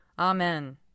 Amen